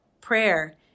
prayer